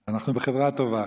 אנחנו בחברה טובה.